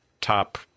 top